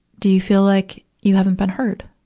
do you feel like you haven't been heard?